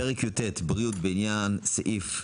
פרק י"ט (בריאות), בעניין סעיף 76(3)